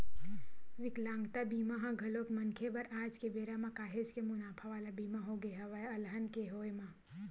बिकलांगता बीमा ह घलोक मनखे बर आज के बेरा म काहेच के मुनाफा वाला बीमा होगे हवय अलहन के होय म